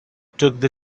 took